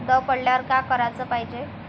दव पडल्यावर का कराच पायजे?